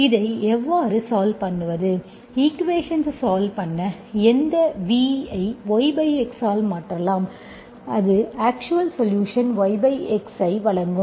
இதை எவ்வாறு சால்வ் பண்ணுவது ஈக்குவேஷன்ஸ் சால்வ் பண்ண இந்த V ஐ yx ஆல் மாற்றலாம் அது அக்க்ஷுவல் சொலுஷன் yx ஐ வழங்கும்